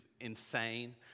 insane